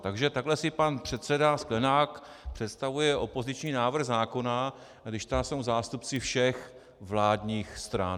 Takže takhle si pan předseda Sklenák představuje opoziční návrh zákona, když tam jsou zástupci všech vládních stran.